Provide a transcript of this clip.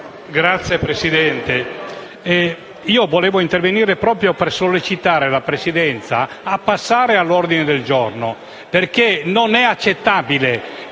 Signora Presidente, io volevo intervenire proprio per sollecitare la Presidenza a passare all'ordine del giorno perché non è accettabile